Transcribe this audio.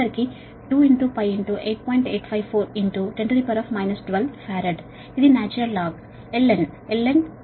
854 10 12 farad ఇది natural log ln 20